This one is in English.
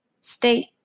state